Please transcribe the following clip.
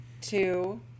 two